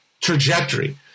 trajectory